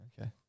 Okay